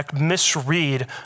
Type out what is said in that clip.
misread